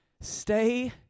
Stay